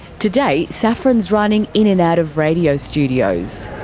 today, saffron's running in and out of radio studios.